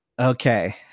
Okay